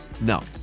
No